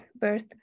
birth